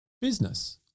business